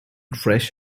fresh